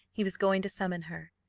he was going to summon her,